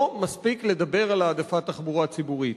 לא מספיק לדבר על העדפת תחבורה ציבורית.